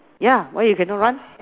yeah why you cannot run